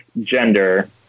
gender